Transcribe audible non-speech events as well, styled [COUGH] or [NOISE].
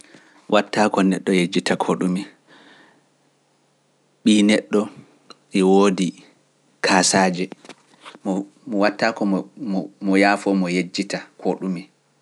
[HESITATION] watta ko neɗɗo yejjita ko ɗume. ɓii neɗɗo e woodi kaasaaji mo watta ko mo yafo mo yejjita ko ɗumi.